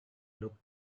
looked